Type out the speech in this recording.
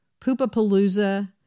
Poopapalooza